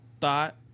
thought